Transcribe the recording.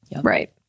Right